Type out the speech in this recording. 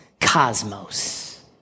cosmos